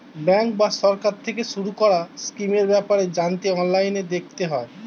bank বা সরকার থেকে শুরু করা স্কিমের ব্যাপারে জানতে অনলাইনে দেখতে হয়